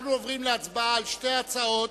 אנחנו עוברים להצבעה על שתי ההצעות,